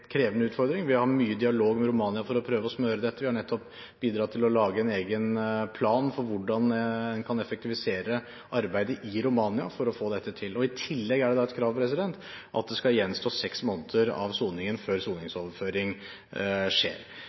krevende utfordring. Vi har mye dialog med Romania for å prøve å smøre dette. Vi har nettopp bidratt til å lage en egen plan for hvordan en kan effektivisere arbeidet i Romania for å få dette til. I tillegg er det et krav at det skal gjenstå seks måneder av soningen før soningsoverføring skjer.